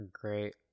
Great